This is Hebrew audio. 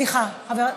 סליחה.